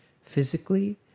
Physically